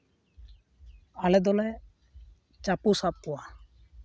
ᱟᱞᱮ ᱫᱚᱞᱮ ᱪᱟᱯᱳ ᱥᱟᱵ ᱠᱚᱣᱟ